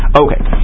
Okay